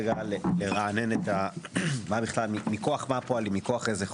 זה הרגע לרענן מכוח מה אנו פה, מכוח איזה חוק.